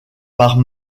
par